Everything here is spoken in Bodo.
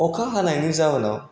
अखा हानायनि जाउनाव